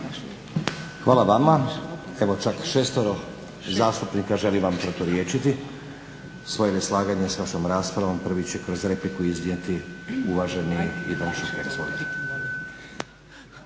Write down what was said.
Hvala vama. Evo čak 6 zastupnika želi vam proturječiti. Svoje neslaganje s vašom raspravom prvi će kroz repliku iznijeti uvaženi Ivan Šuker.